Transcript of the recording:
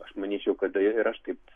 aš manyčiau kad ir aš taip